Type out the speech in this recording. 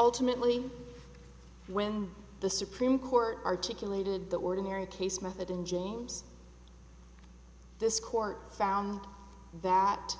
ultimately when the supreme court articulated the ordinary case method in james this court found that